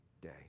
day